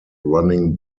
running